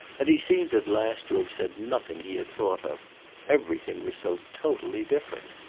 and he seemed at last to have said nothing he had thought of everything was so totally different.